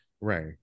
right